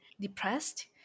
depressed